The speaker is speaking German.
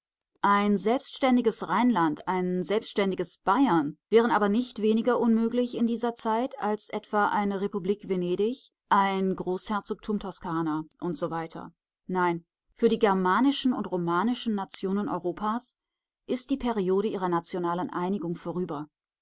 ein selbständiges rheinland ein selbständiges bayern wären aber nicht weniger unmöglich in dieser zeit als etwa eine republik venedig ein großherzogtum toskana usw nein für die germanischen und romanischen nationen europas ist die periode ihrer nationalen einigung vorüber